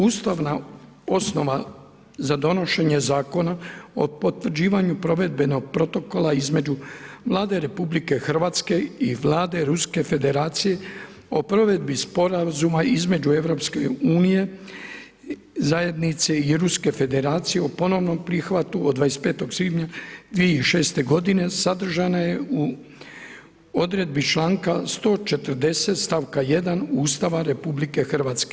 Ustavna osnova za donošenje Zakona o potvrđivanju provedbenog protokola između Vlade Republike Hrvatske i Vlade Ruske federacije o provedbi sporazuma između Europske zajednice i Ruske federacije o ponovnom prihvatu od 25. svibnja 2006. godine sadržajno je u odredbi članka 140. stavka 1. Ustava RH.